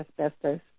asbestos